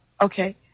Okay